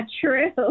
true